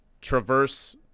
traverse